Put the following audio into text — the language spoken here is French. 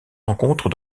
rencontre